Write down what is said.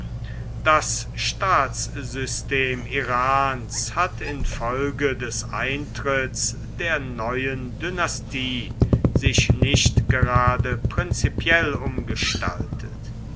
das staatssystem irans hat infolge des eintritts der neuen dynastie sich nicht gerade prinzipiell umgestaltet